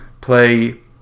play